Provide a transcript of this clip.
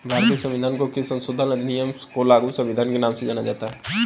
भारतीय संविधान के किस संशोधन अधिनियम को लघु संविधान के नाम से जाना जाता है?